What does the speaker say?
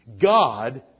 God